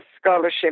scholarship